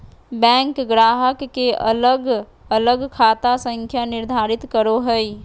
bank ग्राहक के अलग अलग खाता संख्या निर्धारित करो हइ